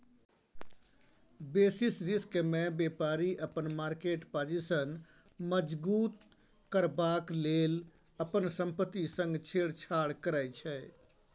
basis रिस्कमे बेपारी अपन मार्केट पाजिशन मजगुत करबाक लेल अपन संपत्ति संग छेड़छाड़ करै छै